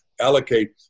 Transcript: allocate